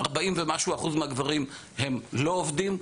40 ומשהו אחוז מהגברים לא עובדים,